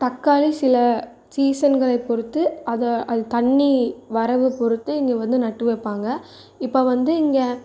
தக்காளி சில சீசன்களை பொறுத்து அதை அது தண்ணி வரவு பொறுத்து இங்கே வந்து நட்டு வைப்பாங்க இப்போ வந்து இங்கே